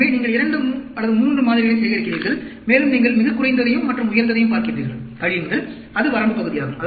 எனவே நீங்கள் 2 3 மாதிரிகளைச் சேகரிக்கிறீர்கள் மேலும் நீங்கள் மிகக் குறைந்ததையும் மற்றும் உயர்ந்ததையும் பார்க்கின்றீர்கள் கழியுங்கள் அது வரம்பு பகுதியாகும்